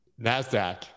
NASDAQ